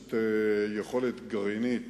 הימצאות יכולת גרעינית,